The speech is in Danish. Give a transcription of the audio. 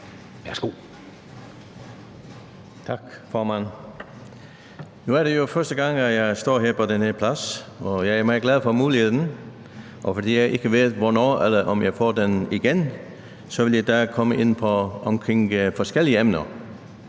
(SP): Tak, formand. Nu er det jo første gang, jeg står på den her plads, og jeg er meget glad for at få den mulighed, og fordi jeg ikke ved, om jeg får den igen, så vil jeg i dag komme ind på forskellige emner.